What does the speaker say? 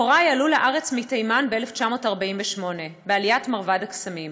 "הורי עלו לארץ מתימן ב-1948 בעליית מרבד הקסמים.